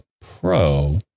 Pro